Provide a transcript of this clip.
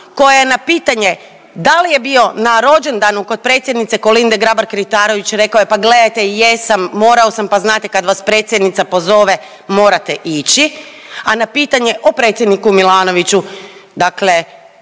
koja je na pitanje dal je bio na rođendanu kod predsjednice Kolinde Grabar Kitarović rekao je, pa gledajte jesam, morao sam, pa znate kad vas predsjednica pozove morate ići. A na pitanje o predsjedniku Milanoviću dakle